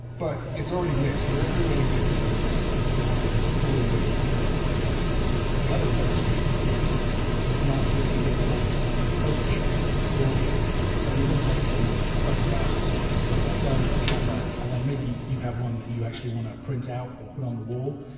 but it's already mixed. you're not doing any mixing when you're mastering. you're working with a fully mixed recording the other analogy is that mastering is like photoshop for audio. so, we've all taken photographs, you know, on a mobile phone or a camera, and then maybe you have one that you actually want to print out or put on the wall.